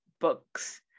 books